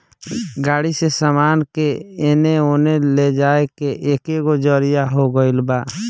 गाड़ी से सामान के एने ओने ले जाए के एगो जरिआ हो गइल बा